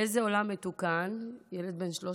באיזה עולם מתוקן ילד בן 13